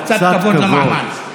קצת כבוד למעמד.